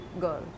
girl